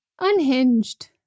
unhinged